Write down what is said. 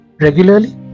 regularly